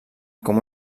com